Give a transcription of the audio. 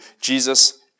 Jesus